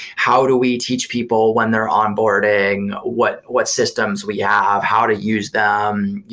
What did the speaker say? how do we teach people when they're onboarding? what what systems we have? how to use them?